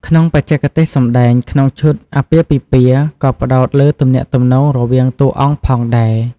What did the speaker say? ក្នុងបច្ចេកទេសសម្ដែងក្នុងឈុតអាពាហ៍ពិពាហ៍ក៏ផ្តោតលើទំនាក់ទំនងរវាងតួអង្គផងដែរ។